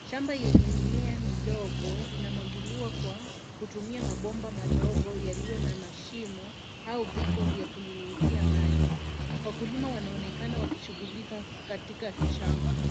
Shamba yenye mimea midogo inamwagiliwa kwa kutumia mabomba madogo yaliyo na mashimo au vichwa vya kunyunyizia maji. Wakulima wanaonekana wakishughulika katika shamba.